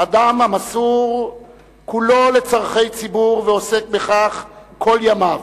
אדם המסור כולו לצורכי ציבור ועוסק בכך כל ימיו,